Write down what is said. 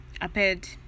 appeared